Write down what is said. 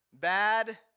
bad